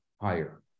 higher